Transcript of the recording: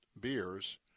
beers